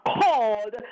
called